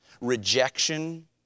rejection